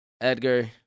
Edgar